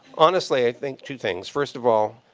honestly, i think two things. first of all,